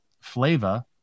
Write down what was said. flavor